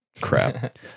crap